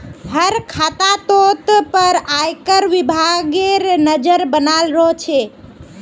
हर खातातोत पर आयकर विभागेर नज़र बनाल रह छे